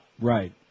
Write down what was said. Right